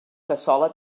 cassola